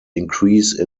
increase